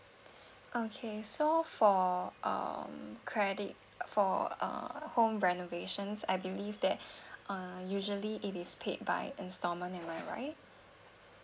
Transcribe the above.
okay so for um credit for uh home renovations I believe that uh usually it is paid by instalment am I right